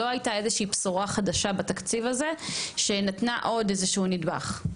לא הייתה איזה שהיא בשורה חדשה בתקציב הזה שנתנה עוד איזה שהוא נדבך.